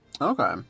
Okay